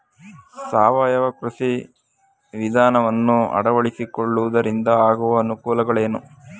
ಸಾವಯವ ಕೃಷಿ ವಿಧಾನವನ್ನು ಅಳವಡಿಸಿಕೊಳ್ಳುವುದರಿಂದ ಆಗುವ ಅನುಕೂಲಗಳೇನು?